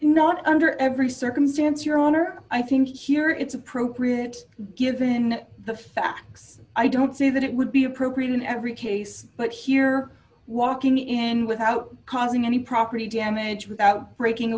not under every circumstance your honor i think here it's appropriate given the facts i don't see that it would be appropriate in every case but here walking in without causing any property damage without breaking a